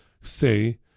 say